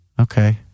okay